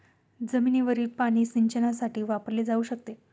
जमिनीवरील पाणी सिंचनासाठी वापरले जाऊ शकते